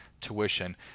tuition